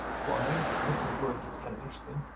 splines and this is where it's kind of interesting